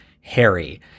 Harry